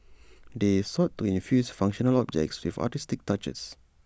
they sought to infuse functional objects with artistic touches